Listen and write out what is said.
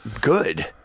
good